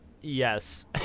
yes